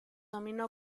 nominò